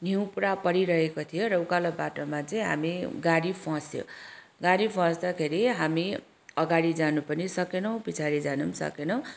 हिउँ पुरा परिरहेको थियो र उकालो बाटोमा चाहिँ हामी गाडी फस्यो गाडी फस्दाखेरि हामी अगाडि जानु पनि सकेनौँ पछाडि जानु पनि सकेनौँ